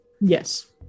yes